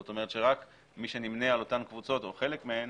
זאת אומרת שרק מי שנמנה על אותן קבוצות או חלק מהן,